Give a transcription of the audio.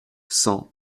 cent